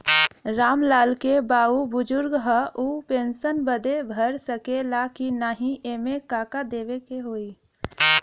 राम लाल के बाऊ बुजुर्ग ह ऊ पेंशन बदे भर सके ले की नाही एमे का का देवे के होई?